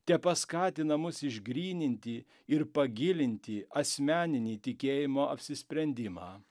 tepaskatina mus išgryninti ir pagilinti asmeninį tikėjimo apsisprendimą